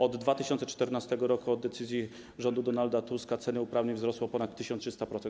Od 2014 r., od decyzji rządu Donalda Tuska, ceny uprawnień wzrosły o ponad 1300%.